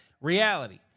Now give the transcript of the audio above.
Reality